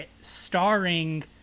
starring